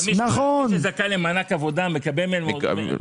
נכון, נכון,